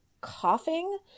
coughing